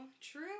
true